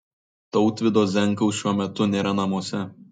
tautvydo zenkaus šiuo metu nėra namuose